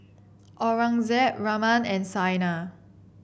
Aurangzeb Raman and Saina